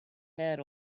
head